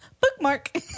Bookmark